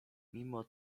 mimo